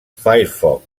firefox